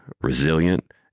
resilient